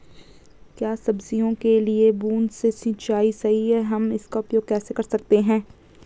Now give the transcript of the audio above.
क्या सब्जियों के लिए बूँद से सिंचाई सही है हम इसका उपयोग कैसे कर सकते हैं?